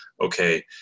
okay